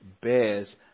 bears